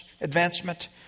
advancement